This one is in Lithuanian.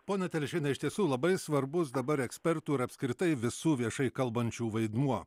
ponia telešiene iš tiesų labai svarbus dabar ekspertų ir apskritai visų viešai kalbančių vaidmuo